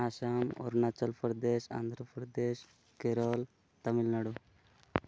Assam Arunachal Pradesh Andhra Pradesh Kerala Tamil Nadu